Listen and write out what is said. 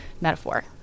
metaphor